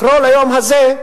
לקרוא ליום הזה: